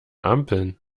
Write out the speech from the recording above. ampeln